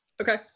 okay